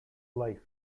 life